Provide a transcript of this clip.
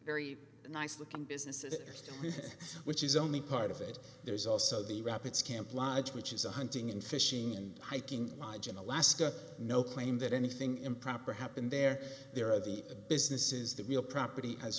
very nice looking businesses which is only part of it there's also the rap it's camp lodge which is a hunting and fishing and hiking lodge in alaska no claim that anything improper happened there there are the businesses that real property as